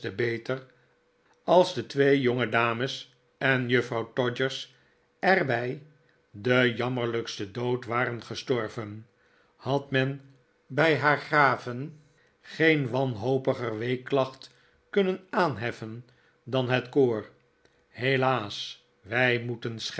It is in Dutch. beter als de twee jongedames en juffrouw todgers er bij den jammerlijksten dood waren gestorven had men bij haar graven geen wanhopiger weeklacht kunnen aanheffen dan het koor helaas wij moeten